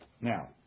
now